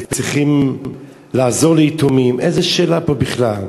וצריכים לעזור ליתומים, איזו שאלה פה בכלל?